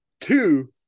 two